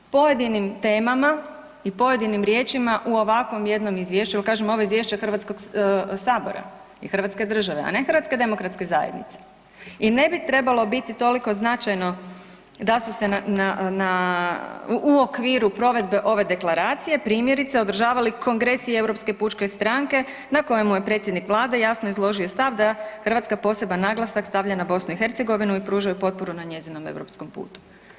Pojedinim temama i pojedinim riječima u ovakvom jednom izvješću, jel kažem ovo je izvješće HS i hrvatske države, a ne HDZ-a i ne bi trebalo biti toliko značajno da su se na, na, na, u okviru provedbe ove deklaracije primjerice održavali kongresi Europske pučke stranke na kojemu je predsjednik vlade jasno izložio stav da Hrvatska poseban naglasak stavlja na BiH i pruža joj potporu na njezinom europskom putu.